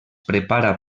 prepara